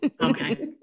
Okay